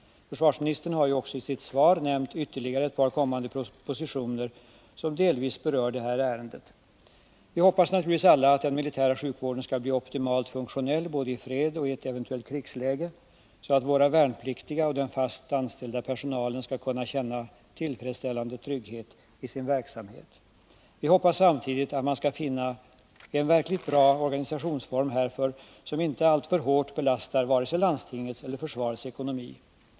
Försvarsministern har ju också i sitt svar nämnt ytterligare ett par kommande propositioner, som delvis berör det här ärendet. Vi hoppas naturligtvis alla att den militära sjukvården skall bli optimalt funktionell — både i fred och i ett eventuellt krigsläge — så att våra värnpliktiga och den fast anställda personalen skall kunna känna tillfredsställande trygghet i sin verksamhet. Vi hoppas samtidigt att man skall finna en verkligt bra organisation härför, som inte alltför hårt belastar vare sig landstingets eller försvarets ekonomi.